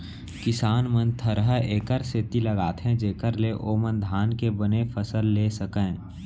किसान मन थरहा एकर सेती लगाथें जेकर ले ओमन धान के बने फसल लेय सकयँ